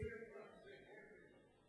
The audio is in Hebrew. איזה הבל.